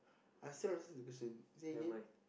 I still don't understand the question say again